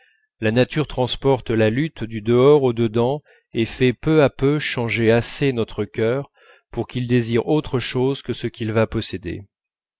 la nature transporte la lutte du dehors au dedans et fait peu à peu changer assez notre cœur pour qu'il désire autre chose que ce qu'il va posséder